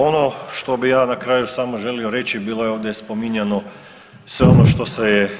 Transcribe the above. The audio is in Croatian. Ono što bih ja na kraju samo želio reći, bilo je ovdje spominjano sve ono što se je